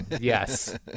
yes